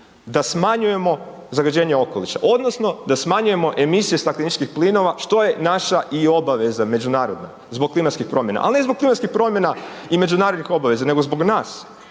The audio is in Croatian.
da smanjujemo zagađenje okoliša odnosno da smanjujemo emisije stakleničkih plinova što je naša i obaveza međunarodna zbog klimatskih promjera, a ne zbog klimatskih promjena i međunarodnih obaveza nego zbog nas